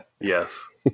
yes